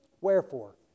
Wherefore